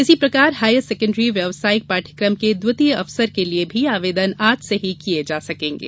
इसी प्रकार higher secondary व्यावसायिक पाठ्यक्रम के द्वितीय अवसर के लिये भी आवेदन आज से ही किये जा सकेंगे